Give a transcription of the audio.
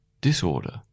disorder